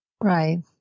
Right